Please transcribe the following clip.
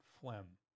phlegm